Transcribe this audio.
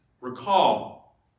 recall